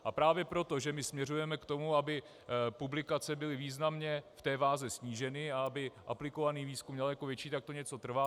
A právě proto, že směřujeme k tomu, aby publikace byly významně v té váze sníženy a aby aplikovaný výzkum byl daleko větší, tak to něco trvá.